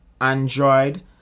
Android